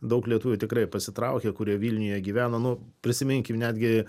daug lietuvių tikrai pasitraukė kurie vilniuje gyveno nu prisiminkim netgi